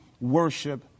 worship